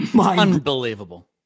Unbelievable